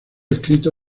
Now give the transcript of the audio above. escrito